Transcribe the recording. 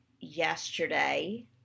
yesterday